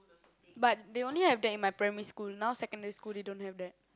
but they only have that in my primary school now secondary school they don't have that